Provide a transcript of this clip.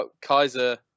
Kaiser